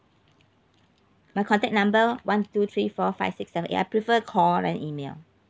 my contact number one two three four five six seven eight I prefer call than email